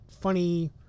funny